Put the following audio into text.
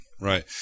right